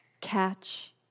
Catch